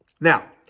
Now